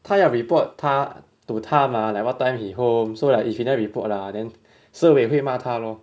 他要 report 她 to 她 mah like what time he home so like if never report ah then siwei 会骂他 lor